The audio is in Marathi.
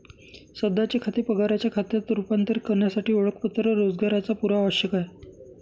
सध्याचे खाते पगाराच्या खात्यात रूपांतरित करण्यासाठी ओळखपत्र रोजगाराचा पुरावा आवश्यक आहे